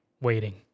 waiting